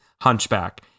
Hunchback